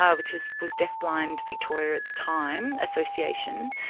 ah which is, was deaf blind victoria at the time, association.